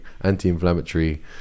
anti-inflammatory